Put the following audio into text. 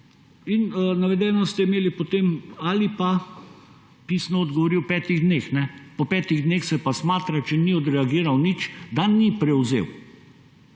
in potem ste imeli navedeno − ali pa pisno odgovori v petih dneh. Po petih dneh se pa smatra, če ni odreagiral nič, da ni prevzel.